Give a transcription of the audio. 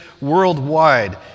worldwide